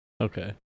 Okay